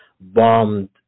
bombed